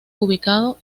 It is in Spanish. ubicado